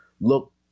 look